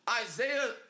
Isaiah